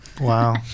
Wow